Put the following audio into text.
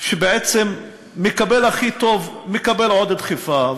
שבעצם מקבל הכי טוב, מקבל עוד דחיפה.